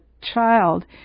child